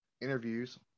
interviews